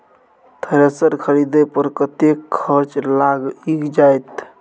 Thresher खरीदे पर कतेक खर्च लाईग जाईत?